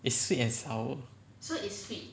it's sweet and sour